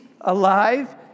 alive